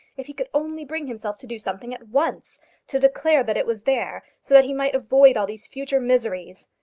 if he could only bring himself to do something at once to declare that it was there, so that he might avoid all these future miseries!